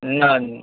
ना